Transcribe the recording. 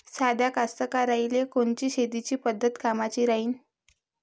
साध्या कास्तकाराइले कोनची शेतीची पद्धत कामाची राहीन?